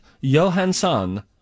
Johansson